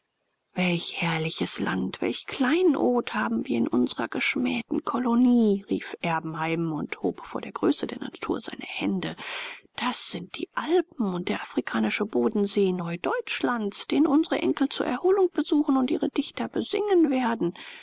welch herrliches land welch kleinod haben wir in unsrer geschmähten kolonie rief erbenheim und hob vor der größe der natur seine hände das sind die alpen und der afrikanische bodensee neudeutschlands den unsre enkel zur erholung besuchen und ihre dichter besingen werden